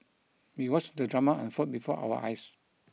we watched the drama unfold before our eyes